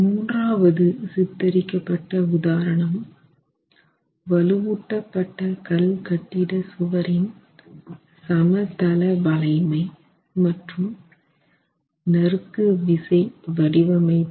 மூன்றாவது சித்தரிக்கப்பட்ட உதாரணம் வலுவூட்டப்பட்ட கல்கட்டிட சுவரின் சமதள வளைமை மற்றும் நறுக்குவிசை வடிவமைப்பு